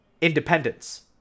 independence